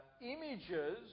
images